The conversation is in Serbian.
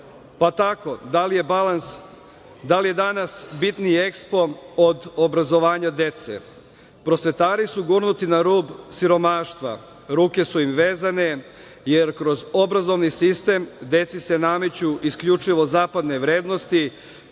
Pa tako, da li je danas bitniji EKSPO od obrazovanja dece? Prosvetari su gurnuti na rub siromaštva. Ruke su im vezane, jer kroz obrazovni sistem deci se nameću isključivo zapadne vrednosti